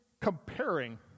comparing